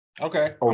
okay